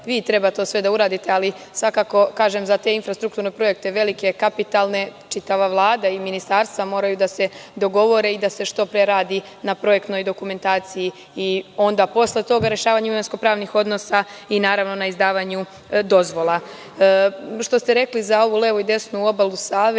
vi treba to sve da uradite, ali kažem za te infrastrukturne projekte, velike, kapitalne, čitava Vlada i ministarstva moraju da se dogovore i da se što pre radi na projektnoj dokumentaciji i onda posle toga rešavanje imovinsko-pravnih odnosa i, naravno, na izdavanju dozvola. Ovo što ste rekli za levu i desnu obalu Save,